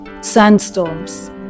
Sandstorms